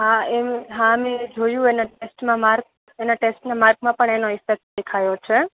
હા એ હા મેં જોયું એને ટેસ્ટમાં માર્ક એના ટેસ્ટના માર્કમાં પણ એનો ઈફેક્ટ દેખાયો છે